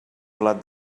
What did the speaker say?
plat